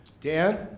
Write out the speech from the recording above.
Dan